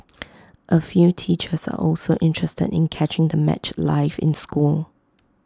A few teachers also interested in catching the match live in school